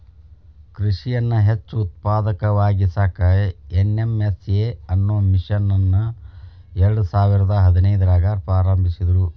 ಕೃಷಿಯನ್ನ ಹೆಚ್ಚ ಉತ್ಪಾದಕವಾಗಿಸಾಕ ಎನ್.ಎಂ.ಎಸ್.ಎ ಅನ್ನೋ ಮಿಷನ್ ಅನ್ನ ಎರ್ಡಸಾವಿರದ ಹದಿನೈದ್ರಾಗ ಪ್ರಾರಂಭಿಸಿದ್ರು